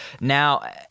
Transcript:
now